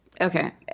Okay